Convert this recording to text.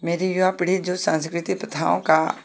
मेरी जो सांस्कृतिक प्रथाओं का